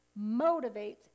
motivates